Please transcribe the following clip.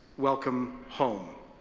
welcome home.